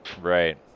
Right